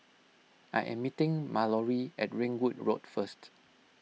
I am meeting Mallory at Ringwood Road first